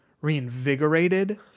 reinvigorated